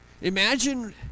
Imagine